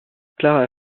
clara